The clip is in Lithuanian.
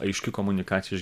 aiški komunikacija iš